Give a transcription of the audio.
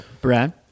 Brad